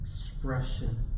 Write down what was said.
expression